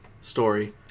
story